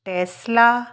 Ashleigh